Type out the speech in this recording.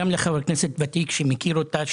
כחבר כנסת ותיק שמכיר אותה,